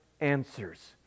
answers